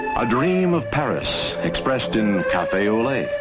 a dream of paris, expressed in cafe au lait,